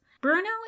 Bruno